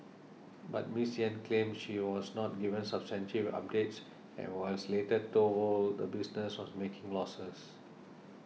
but Miss Yen claims she was not given substantive updates and was later told the business was making losses